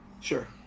sure